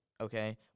okay